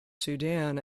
sudan